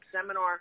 seminar